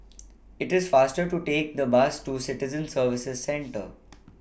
IT IS faster to Take The Bus to Citizen Services Centre